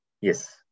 Yes